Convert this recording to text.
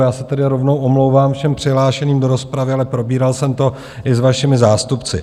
Já se tedy rovnou omlouvám všem přihlášeným do rozpravy, ale probíral jsem to i s vašimi zástupci.